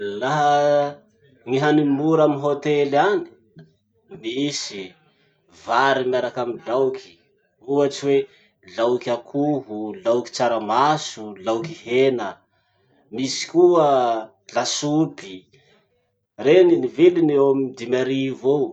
Laha ny hany mora amy hotely any, misy. Vary miaraky amy laoky. Ohatsy hoe: laoky akoho, laoko tsaramaso, laoky hena. Misy koa lasopy, reny ny viliny eo amy dimy arivo eo.